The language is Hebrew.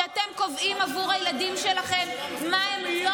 שאתם קובעים עבור הילדים שלכם מה הם לא